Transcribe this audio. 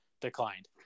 Declined